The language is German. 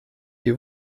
die